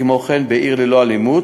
כמו כן ב"עיר ללא אלימות",